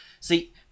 see